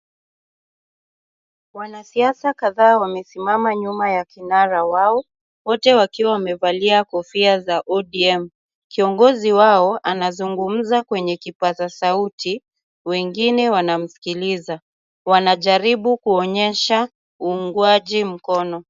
Wanasiasa kadhaa wamesimama nyuma ya kinara wao, wote wakiwa wamevalia kofia za ODM. Kiongozi wao anazungumza kwenye kipaza sauti, wengine wanamsikiliza. Wanajaribu kuonyesha uungaji mkono.